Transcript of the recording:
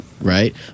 Right